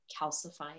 calcifying